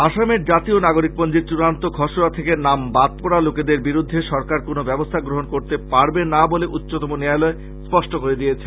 আসামের জাতীয় নাগরীকপঞ্জীর চুড়ান্ত খসড়া থেকে নাম বাদ পরা লোকেদের বিরূদ্ধে সরকার কোন ব্যবস্থা গ্রহন করতে পারবে না বলে উচ্চতম ন্যায়ালয় স্পষ্ট করে দিয়েছে